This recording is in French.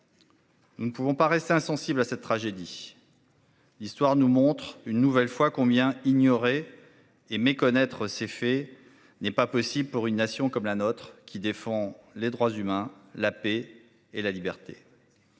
Nous ne pouvons pas rester insensible à cette tragédie. L'histoire nous montre une nouvelle fois combien ignorer et méconnaître ces faits n'est pas possible pour une nation comme la nôtre qui défend les droits humains, la paix et la liberté.